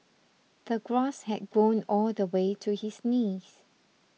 the grass had grown all the way to his knees